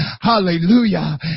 Hallelujah